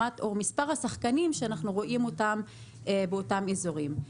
או מספר השחקנים שאנחנו רואים באותם אזורים.